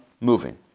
moving